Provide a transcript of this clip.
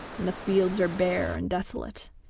and the fields are bare and desolate,